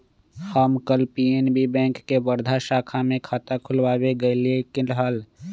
हम कल PNB bank के वर्धा शाखा में खाता खुलवावे गय लीक हल